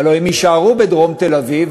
הלוא הם יישארו בדרום תל-אביב.